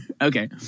Okay